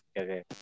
Okay